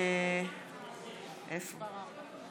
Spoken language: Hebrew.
חבר הכנסת)